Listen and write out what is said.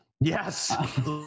Yes